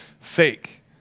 fake